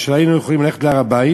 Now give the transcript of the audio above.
כשלא היינו יכולים ללכת להר-הבית,